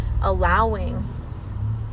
allowing